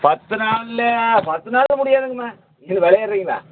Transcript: பத்து நாளில் பத்து நாளில் முடியாதுங்கம்மா என்ன விளையாடுறீங்களா